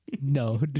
No